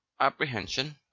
apprehension